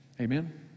Amen